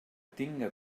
tinga